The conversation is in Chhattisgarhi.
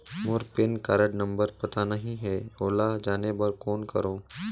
मोर पैन कारड नंबर पता नहीं है, ओला जाने बर कौन करो?